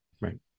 Right